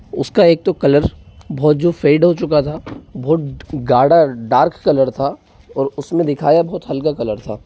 उसका एक तो कलर बहुत जो फेड हो चूका था बहुत गाढ़ा डार्क कलर था और उसमें दिखाया बहुत हल्का कलर था